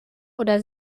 oder